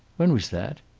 when was that?